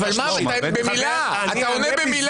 אבל במילה, אתה רק צריך לענות במילה.